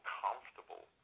comfortable